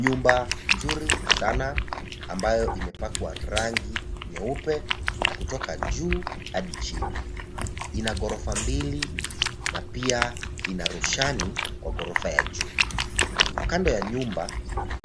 Nyumba nzuri sana ambayo imepakwa rangi nyeupe kutoka juu hadi chini. Ina gorofa mbili na pia ina roshani kwa gorofa ya juu. Kando ya nyumba